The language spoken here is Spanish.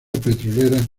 petroleras